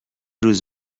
روز